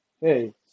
Hey